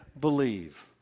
believe